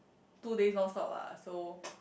two days non stop ah so